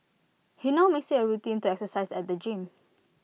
he now makes IT A routine to exercise at the gym